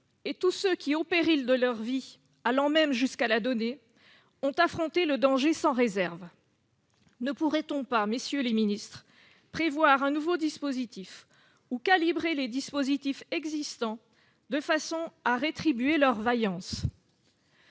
et tous ceux qui, au péril de leur vie, allant même jusqu'à la donner, ont affronté le danger sans réserve ! Ne pourrait-on pas, messieurs les ministres, prévoir un nouveau dispositif ou calibrer les dispositifs existants de façon à rétribuer leur vaillance ?